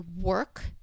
work